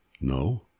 No